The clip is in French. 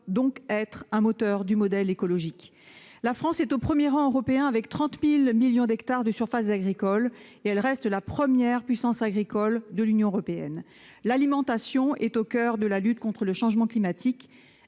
donc être un moteur du modèle écologique. La France, qui compte 30 000 millions d'hectares de surfaces agricoles, reste la première puissance agricole de l'Union européenne. L'agriculture est au coeur de la lutte contre le changement climatique.